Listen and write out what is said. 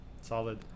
solid